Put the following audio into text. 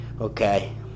Okay